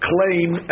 claim